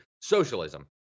socialism